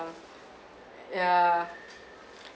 uh yeah